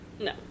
No